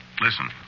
listen